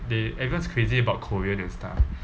they everyone is crazy about korean and stuff